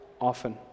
often